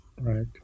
Right